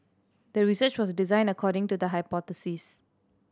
the research was designed according to the hypothesis